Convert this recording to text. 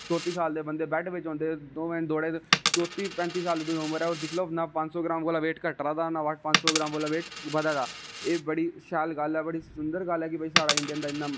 चौती साल दे बंदे बैड बिच होंदे दौडे़ चौती पैंती साल उसदी उमर ऐ और दिक्खी लैओ ना पंज सौ ग्राम कोला बेट घटदा ना बधदा एह् बड़ी शैल गल्ल ऐ बड़ी सुंदर गल्ल ऐ कि साढ़े इंडियां दा